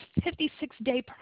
56-day